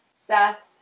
Seth